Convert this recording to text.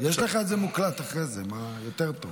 יש לך את זה מוקלט אחרי זה, יותר טוב.